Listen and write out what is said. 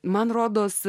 man rodos